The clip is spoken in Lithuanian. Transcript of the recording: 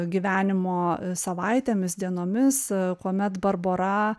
gyvenimo savaitėmis dienomis kuomet barbora